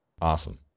Awesome